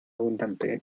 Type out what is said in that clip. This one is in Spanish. abundante